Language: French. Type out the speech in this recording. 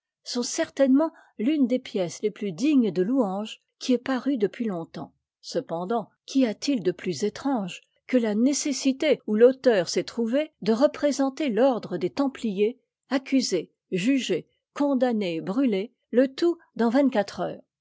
sont certainement l'une des pièces les plus dignes de louange qui aient paru depuis longtemps cependant qu'y a-t-il de plus étrange que la nécessité où l'auteur s'est trouvé de représenter l'ordre des templiers accusé jugé condamné et brûlé le tout dans vingt quatre heures